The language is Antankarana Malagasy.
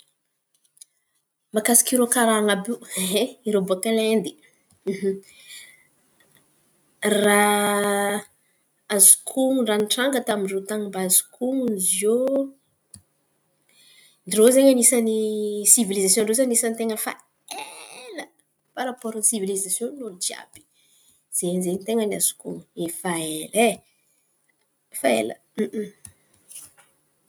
Makasika irô karàna àby iô irô baka Lendy raha azoko honon̈o raha nitranga tamin-drô mba azoko honon̈o zio, irô zen̈y anisan̈y sivilizasiôn-drô zen̈y, sivilizasiôn-drô zen̈y anisan̈y sivilizasiôn tena fa ela parapôro ny sivilizasiôn’ny nolo jiàby zen̈y zen̈y ny ten̈a ny azoko honon̈oten̈a fa ela, fa ela.